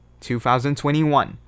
2021